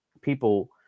people